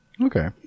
Okay